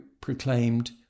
proclaimed